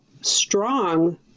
strong